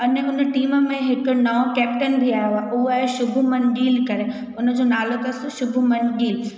अने हुन टीम में हिकु नओ केप्टेन बि आहियो आहे उहो आहे शुभमन गिल करे उन जो नालो अथसि शुभमन गिल